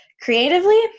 creatively